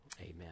Amen